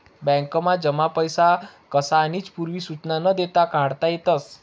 बॅकमा जमा पैसा कसानीच पूर्व सुचना न देता काढता येतस